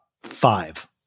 five